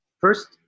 First